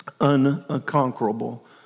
unconquerable